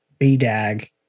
BDAG